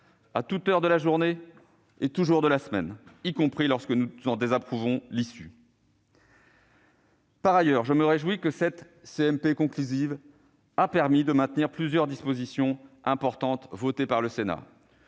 à toute heure de la journée et tous les jours de la semaine, y compris lorsque nous en désapprouvons l'issue. Bravo ! Très bien ! Par ailleurs, je me réjouis que cette CMP conclusive permette de maintenir plusieurs dispositions importantes votées par le Sénat.